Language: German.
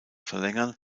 verlängern